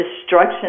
destruction